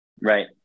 right